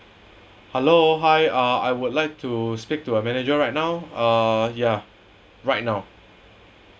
hello hi ah I would like to speak to a manager right now ah ya right now